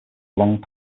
long